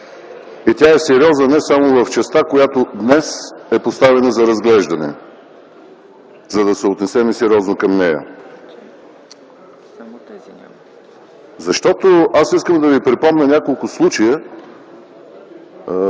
Тя е сериозна не само в частта, която днес е поставена за разглеждане, за да се отнесем сериозно към нея. Аз искам да Ви припомня няколко случая: